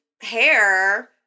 hair